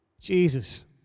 Jesus